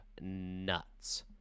nuts